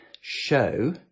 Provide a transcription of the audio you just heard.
show